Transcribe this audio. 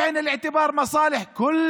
וייחוס מניע גזעני על פי הפסיקה מחייב הוכחה